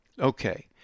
Okay